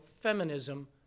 feminism